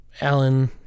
Alan